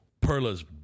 Perla's